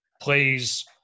plays